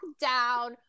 down